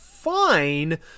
fine